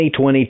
2022